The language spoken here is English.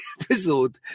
episode